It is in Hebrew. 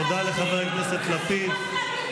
תודה לחבר הכנסת לפיד.